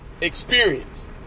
experience